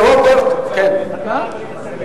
על-פי התקנון,